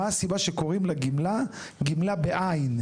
מה הסיבה שקוראים לגמלה גמלה בעין?